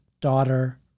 daughter